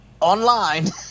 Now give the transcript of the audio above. online